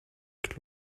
close